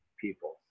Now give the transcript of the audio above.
people